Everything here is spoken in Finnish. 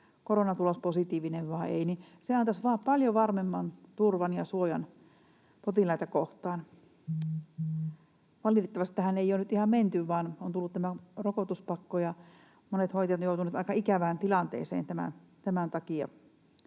koronatulos positiivinen vai ei, niin se antaisi paljon varmemman turvan ja suojan potilaita kohtaan. Valitettavasti tähän ei ole nyt ihan menty, vaan on tullut tämä rokotuspakko, ja monet hoitajat ovat joutuneet aika ikävään tilanteeseen tämän takia.